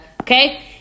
Okay